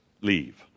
leave